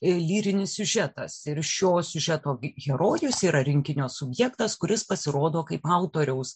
lyrinis siužetas ir šio siužeto herojus yra rinkinio subjektas kuris pasirodo kaip autoriaus